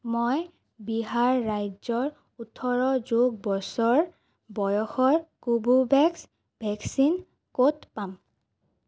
মই বিহাৰ ৰাজ্যৰ ওঠৰ যোগ বছৰ বয়সৰ কোভোভেক্স ভেকচিন ক'ত পাম